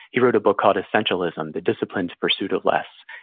he wrote a book called essentialism the disciplined pursuit of less.